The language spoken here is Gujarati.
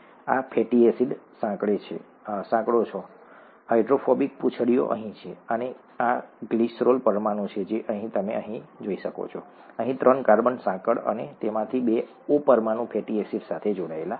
આ ફેટી એસિડ સાંકળો છે હાઇડ્રોફોબિક પૂંછડીઓ અહીં છે અને આ ગ્લિસરોલ પરમાણુ છે જે તમે અહીં જોઈ શકો છો અહીં ત્રણ કાર્બન સાંકળ અને તેમાંથી બે O પરમાણુ ફેટી એસિડ સાથે જોડાયેલા છે